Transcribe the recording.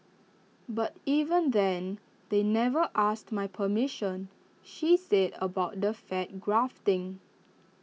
but even then they never asked my permission she said about the fat grafting